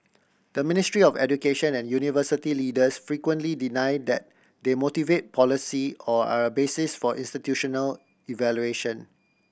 the Ministry of Education and university leaders frequently deny that they motivate policy or are a basis for institutional evaluation